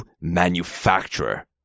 manufacturer